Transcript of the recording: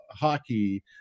hockey